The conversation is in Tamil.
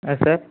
ஆ சார்